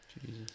jesus